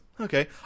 okay